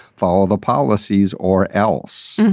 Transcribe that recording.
follow the. policies or else.